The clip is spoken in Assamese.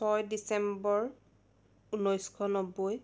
ছয় ডিচেম্বৰ ঊনৈছশ নব্বৈ